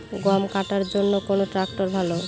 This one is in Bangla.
গম কাটার জন্যে কোন ট্র্যাক্টর ভালো?